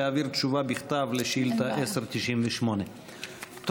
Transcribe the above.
להעביר תשובה בכתב על שאילתה 1098. אין בעיה.